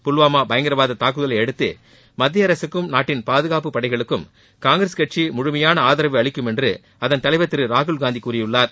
புல்வாமா பயங்கரவாத தாக்குதலையடுத்து மத்திய அரகக்கும் நாட்டின் பாதுகாப்பு படைகளுக்கும் காங்கிரஸ் கட்சி முழுமையான ஆதரவை அளிக்கும் என்று அதன் தலைவர் திரு ராகுல்னந்தி கூறியுள்ளார்